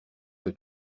que